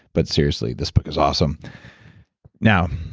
but seriously, this book is awesome now,